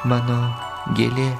mano gėlė